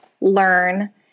Learn